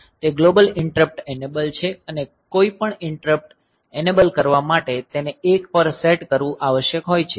તે global interrupt enable છે અને કોઈપણ ઈંટરપ્ટ એનેબલ કરવા માટે તેને 1 પર સેટ કરવું આવશ્યક હોય છે